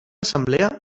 assemblea